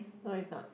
no is not